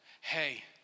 Hey